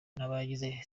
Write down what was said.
n’abagize